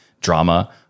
drama